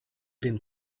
den